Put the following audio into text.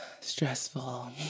stressful